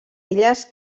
illes